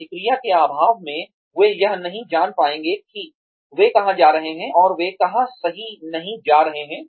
प्रतिक्रिया के अभाव में वे यह नहीं जान पाएंगे कि वे कहाँ जा रहे हैं और वे कहाँ सही नहीं जा रहे हैं